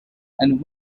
and